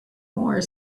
more